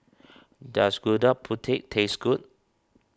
does Gudeg Putih taste good